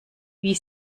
wie